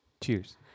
cheers